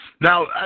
Now